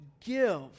give